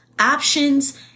options